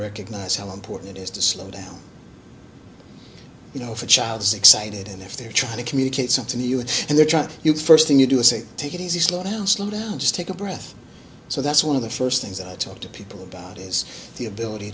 recognize how important it is to slow down you know if a child is excited and if they're trying to communicate something to us and they're trying you first thing you do is say take it easy slow down slow down just take a breath so that's one of the first things i talk to people about is the ability